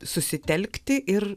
susitelkti ir